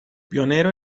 pionero